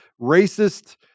racist